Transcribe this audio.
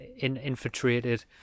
infiltrated